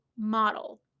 model